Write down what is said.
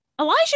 Elijah